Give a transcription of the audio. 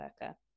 worker